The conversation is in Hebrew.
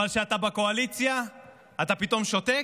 אבל כשאתה בקואליציה אתה פתאום שותק?